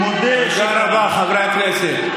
הוא מודה שטעה, תודה רבה, חברי הכנסת.